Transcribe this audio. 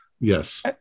Yes